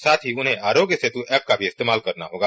साथ ही उन्हें अरोग्य सेत् ऐप का भी इस्तेमाल करना होगा